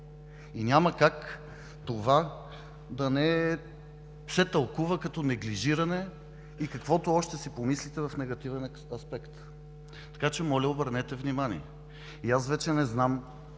и няма как това да не се тълкува като неглижиране и каквото още си помислите в негативен аспект. Така че моля, обърнете внимание. И аз вече не знам